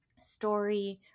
story